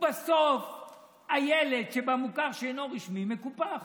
ובסוף הילד במוכר שאינו רשמי מקופח.